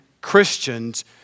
Christians